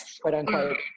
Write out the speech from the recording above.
quote-unquote